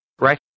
right